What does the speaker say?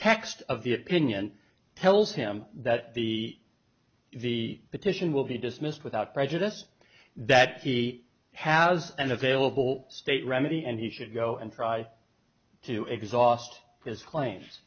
text of the opinion tells him that the the petition will be dismissed without prejudice that he has an available state remedy and he should go and try to exhaust his claims